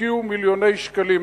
השקיעו מיליוני שקלים,